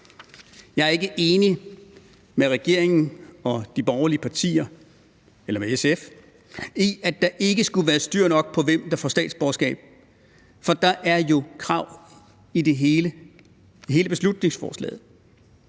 Jeg er ikke enig med regeringen og de borgerlige partier eller med SF i, at der ikke skulle være styr nok på, hvem der får statsborgerskab, for der er jo krav i hele beslutningsforslaget.